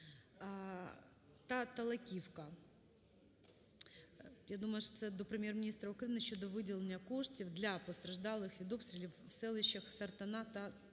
та Талаківка. Я думаю, що це до Прем'єр-міністра України щодо виділення коштів для постраждалих від обстрілів в селищах Сартана та Талаківка.